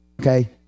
Okay